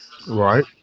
Right